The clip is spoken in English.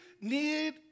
need